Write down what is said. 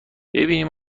ببینیم